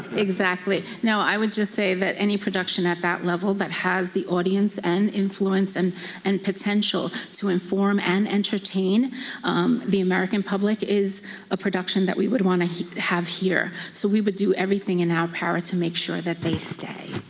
exactly. no i would just say that any production at that level that has the audience and influence and and potential to inform and entertain the american public is a production that we would want to have here. so we would do everything in our power to make that they stay.